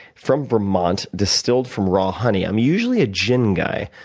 from vermont, distilled from raw honey. i'm usually a gin guy.